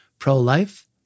pro-life